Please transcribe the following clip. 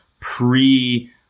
pre